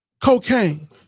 Cocaine